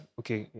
okay